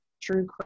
true